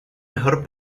mejor